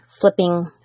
flipping